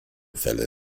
fälle